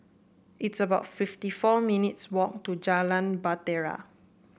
it's about fifty four minutes walk to Jalan Bahtera